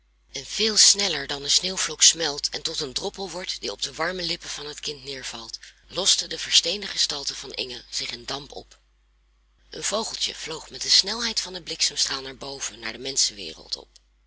en veel sneller dan de sneeuwvlok smelt en tot een droppel wordt die op de warme lippen van het kind neervalt loste de versteende gestalte van inge zich in damp op een vogeltje vloog met de snelheid van den bliksemstraal naar boven naar de menschenwereld op